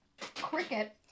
Cricket